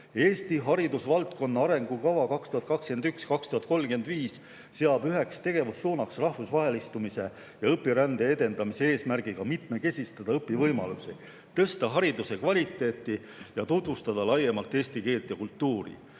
"Eesti haridusvaldkonna arengukava 2021–2035 seab üheks tegevussuunaks rahvusvahelistumise ja õpirände edendamise eesmärgiga mitmekesistada õpivõimalusi, tõsta hariduse kvaliteeti ning tutvustada laiemalt eesti keelt ja kultuuri.